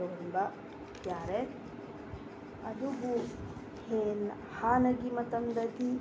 ꯌꯧꯍꯟꯕ ꯌꯥꯔꯦ ꯑꯗꯨꯕꯨ ꯍꯥꯟꯅꯒꯤ ꯃꯇꯝꯗꯤ